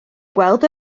gweld